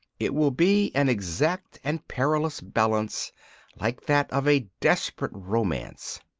it will be an exact and perilous balance like that of a desperate romance.